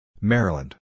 Maryland